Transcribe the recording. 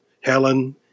Helen